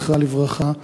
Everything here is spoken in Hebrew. זכרה לברכה.